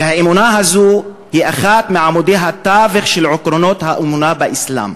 והאמונה הזאת היא אחד מעמודי התווך של עקרונות האמונה באסלאם.